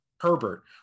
Herbert